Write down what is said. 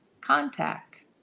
contact